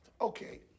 Okay